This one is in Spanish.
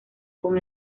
con